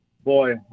Boy